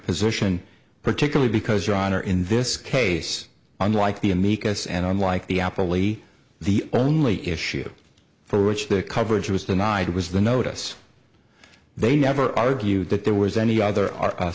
position particularly because your honor in this case unlike the amicus and unlike the apollyon the only issue for which the coverage was denied was the notice they never argued that there was any other